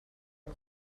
bei